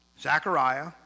Zechariah